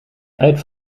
uit